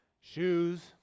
shoes